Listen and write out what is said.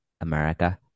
America